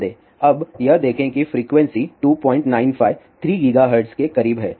अब यह देखें कि फ्रीक्वेंसी 295 3 GHz के करीब हैं